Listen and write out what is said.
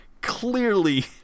clearly